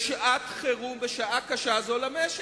בשעה קשה זו למשק.